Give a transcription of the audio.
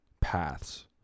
paths